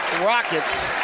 Rockets